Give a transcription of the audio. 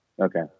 Okay